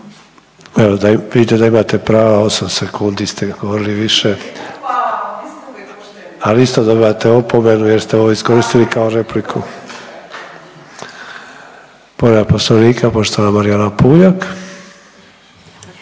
Evo vidite da imate prava 8 sekundi ste govorili više …/Upadica se ne razumije./… ali isto dobivate opomenu jer ste ovo iskoristili kao repliku. Povreda Poslovnika poštovana Marijana Puljak.